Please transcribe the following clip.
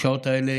בשעות האלה